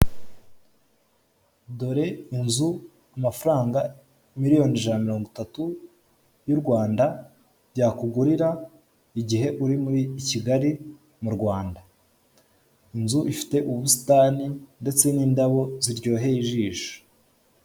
Dore inzu amafaranga miriyoni ijana na mirongo itatu y'urwanda yakugurira igihe uri muri Kigali mu Rwanda inzu ifite ubusitani ndetse n'indabo ziryoheye ijisho.